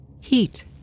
heat